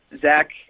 Zach